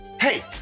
hey